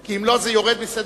כי אם לא, זה יורד מסדר-היום.